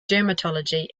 dermatology